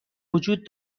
وجود